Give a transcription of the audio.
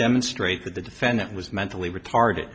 demonstrate that the defendant was mentally retarded